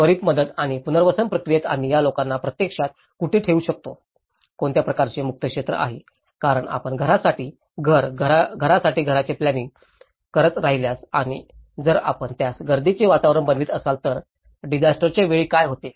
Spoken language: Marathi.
त्वरित मदत आणि पुनर्वसन प्रक्रियेत आम्ही या लोकांना प्रत्यक्षात कुठे ठेवू शकतो कोणत्या प्रकारचे मुक्त क्षेत्र आहे कारण आपण घरासाठी घर घरासाठी घराचे प्लॅनिंइंग करत राहिल्यास आणि जर आपण त्यास गर्दीचे वातावरण बनवत असाल तर डिजास्टरच्या वेळी काय होते